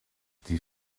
die